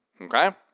Okay